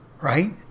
right